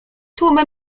tłumy